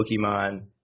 Pokemon